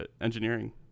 engineering